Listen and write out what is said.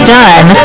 done